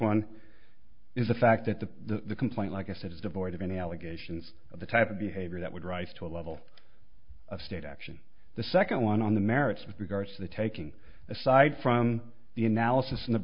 one is the fact that the complaint like i said is devoid of any allegations of the type of behavior that would rise to a level of state action the second one on the merits with regard to the taking aside from the analysis in the